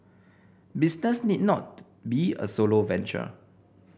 business need not be a solo venture